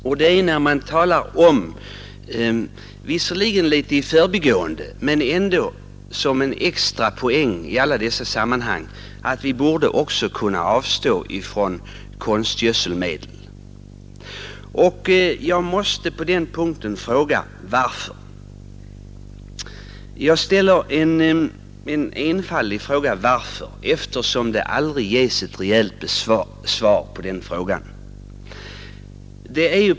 Man talar i alla dessa sammanhang om — visserligen litet i förbigående men ändå som en extra poäng — att vi också borde kunna avstå från konstgödselmedel. Jag måste på den punkten fråga: Varför? Den fråga jag ställer är väsentlig, men det ges aldrig ett rejält svar på den.